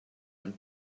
and